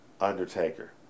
Undertaker